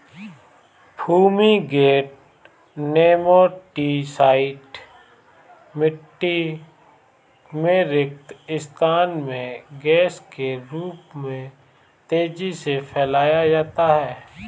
fumigant nematicide मिटटी में रिक्त स्थान में गैस के रूप में तेजी से फैलाया जाता है